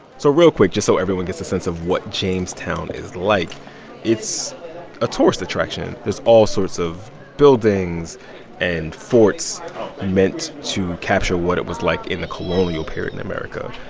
so real quick, just so everyone gets a sense of what jamestown is like it's a tourist attraction. there's all sorts of buildings and forts meant to capture what it was like in the colonial period in america.